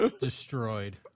destroyed